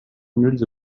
hundreds